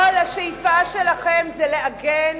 ולכן כל השאיפה שלכם היא לעגן